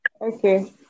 Okay